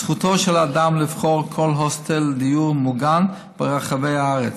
זכותו של האדם לבחור כל הוסטל או דיור מוגן ברחבי הארץ.